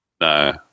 No